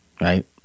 right